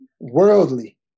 worldly